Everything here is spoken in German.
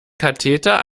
katheter